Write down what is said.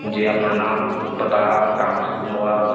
जी अपना नाम पता कहाँ से गुम हुआ